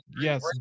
Yes